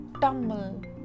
tumble